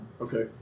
Okay